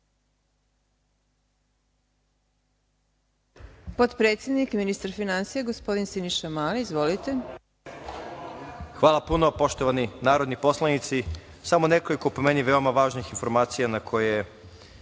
Hvala puno. Poštovani narodni poslanici, samo nekoliko po meni veoma važnih informacija koje